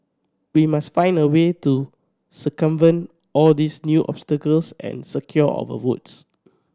we must find a way to circumvent all these new obstacles and secure our votes